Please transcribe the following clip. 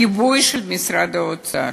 גיבוי של משרד האוצר,